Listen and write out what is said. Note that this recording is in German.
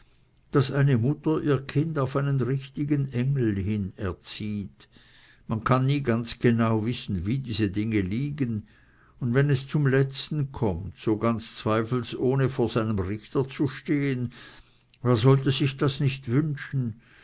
daß eine mutter ihr kind auf einen richtigen engel hin erzieht man kann nie ganz genau wissen wie diese dinge liegen und wenn es zum letzten kommt so ganz zweifelsohne vor seinem richter zu stehen wer sollte sich das nicht wünschen